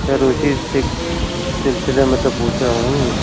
سر اُسی سلسلے میں تو پوچھ رہا ہوں